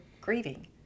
grieving